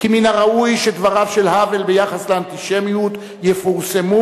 "מן הראוי שדבריו של האוול ביחס לאנטישמיות יפורסמו